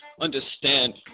Understand